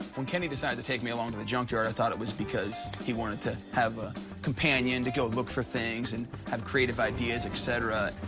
when kenny decided to take me along to the junkyard, i thought it was because he wanted to have a companion to go look for things, and have creative ideas, et cetera.